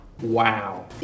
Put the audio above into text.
wow